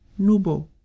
Nubo